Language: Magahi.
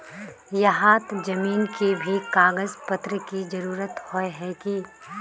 यहात जमीन के भी कागज पत्र की जरूरत होय है की?